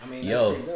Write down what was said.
Yo